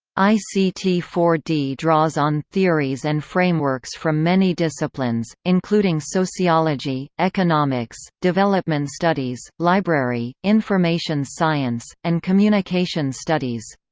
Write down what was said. i c t four d draws on theories and frameworks from many disciplines, including sociology, economics, development studies, library, information science, and communication studies.